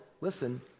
listen